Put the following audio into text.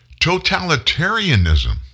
totalitarianism